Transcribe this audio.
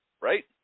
right